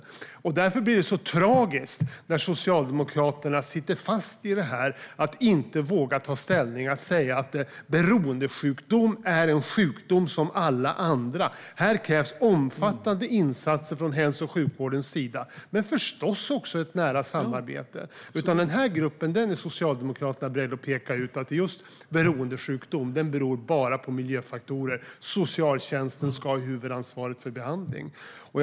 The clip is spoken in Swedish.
Det blir därför så tragiskt att Socialdemokraterna sitter fast i att inte våga ta ställning. De vågar inte säga att beroendesjukdom är en sjukdom som alla andra, och att det här krävs omfattande insatser från hälso och sjukvårdens sida och förstås även ett nära samarbete. Nej, Socialdemokraterna är beredda att peka ut just denna grupp och säga att beroendesjukdom beror bara på miljöfaktorer och att socialtjänsten ska ha huvudansvaret för behandlingen.